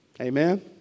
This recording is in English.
Amen